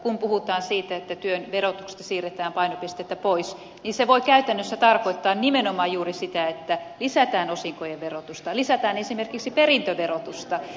kun puhutaan siitä että työn verotuksesta siirretään painopistettä pois se voi käytännössä tarkoittaa nimenomaan juuri sitä että lisätään osinkojen verotusta lisätään esimerkiksi perintöverotusta